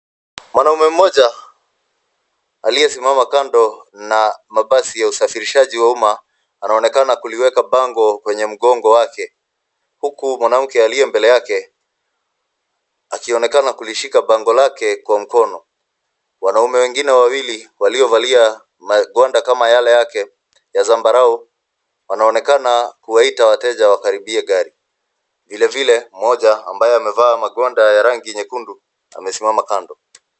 Mwanaume mmoja aliyesimama kando na mabasi ya usafirishaji wa umma, anaonekana kuliweka bango kwenye mgongo wake huku mwanamke aliye mbele yake akionekana kulishika bango lake kwa mkono. Wanaume wengine wawili waliovalia magwanda kama yale yake ya zambarau wanaonekana kuwaita wateja wakaribie gari. Vilevile mmoja ambaye amevaa magwanda ya rangi nyekundu amesimama kando.